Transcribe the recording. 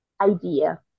idea